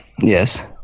yes